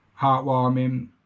heartwarming